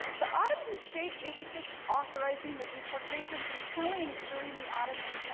the ottoman state isn't just authorizing the deportation and killings during the ottoman,